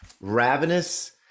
Ravenous